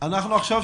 שלום.